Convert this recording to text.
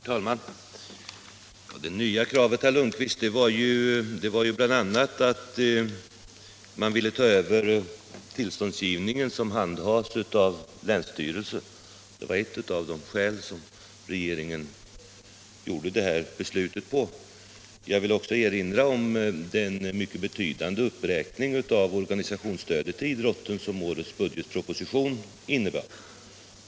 Herr talman! De nya kraven, herr Lundkvist, var bland andra att man ville ta över tillståndsgivningen, som handhas av länsstyrelserna. Det var ett av de skäl som regeringen byggde sitt beslut på. Jag vill också erinra om den mycket betydande uppräkning av organisationsstödet till idrotten som årets budgetproposition innebär.